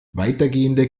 weitergehende